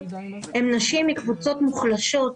הן נשים מקבוצות מוחלשות,